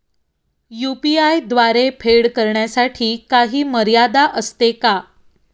UPI द्वारे फेड करण्यासाठी काही मर्यादा असते का?